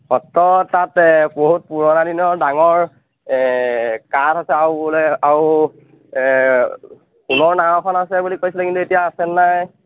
সত্ৰ তাত বহুত পুৰণা দিনৰ ডাঙৰ কাঠ আছে আৰু বোলে আৰু সোণৰ নাও এখন আছে বুলি কৈছে কিন্তু এতিয়া আছেনে নাই